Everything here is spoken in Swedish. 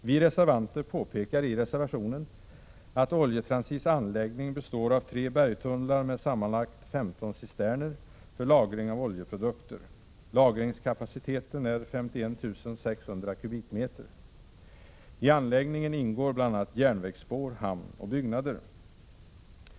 Vi reservanter påpekar i reservationen, att Oljetransits anläggning består av tre bergtunnlar med sammanlagt 15 cisterner för lagring av oljeprodukter. Lagringskapaciteten är 51 600 m”. I anläggningen ingår bl.a. järnvägsspår, hamn och byggnader.